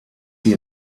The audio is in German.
sie